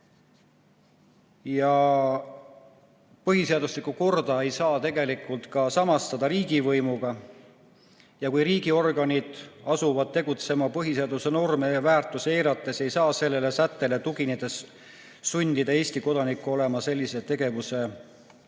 Põhiseaduslikku korda ei saa tegelikult samastada riigivõimuga. Kui riigiorganid asuvad tegutsema põhiseaduse norme ja väärtusi eirates, ei saa sellele sättele tuginedes sundida Eesti kodanikku olema sellise tegevuse suhtes